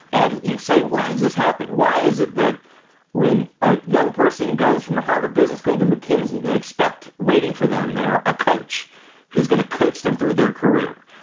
and you say, why does this happen? why is it that when a young person goes from the harvard business school to mckinsey, they expect waiting for them there a coach who's going to coach them through their career?